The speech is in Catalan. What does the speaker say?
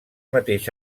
mateix